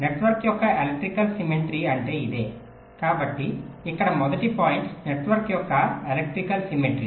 network యొక్క electrical symmetry అంటే ఇదే కాబట్టి ఇక్కడ మొదటి పాయింట్ నెట్వర్క్ యొక్క ఎలక్ట్రికల్ సిమెట్రీ